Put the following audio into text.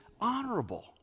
honorable